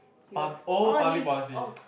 pub~ oh public policy